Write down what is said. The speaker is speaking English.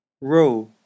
Row